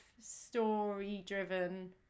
story-driven